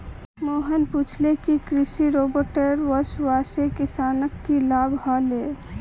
मोहन पूछले कि कृषि रोबोटेर वस्वासे किसानक की लाभ ह ले